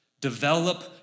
Develop